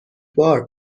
بار